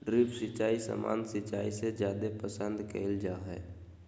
drip सिंचाई सामान्य सिंचाई से जादे पसंद कईल जा हई